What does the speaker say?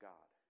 God